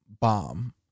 bomb